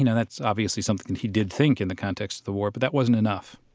you know that's obviously something he did think in the context of the war, but that wasn't enough